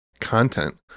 content